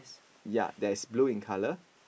ya that is blue in colour